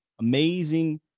amazing